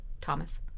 Thomas